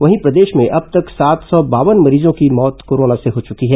वहीं प्रदेश में अब तक सात सौ बावन मरीजों की मौत कोरोना से हो चुकी है